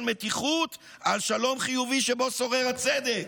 מתיחות על שלום חיובי שבו שורר הצדק".